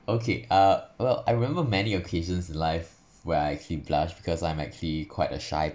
okay uh well I remember many occasions in life where I keep blushed because I'm actually quite a shy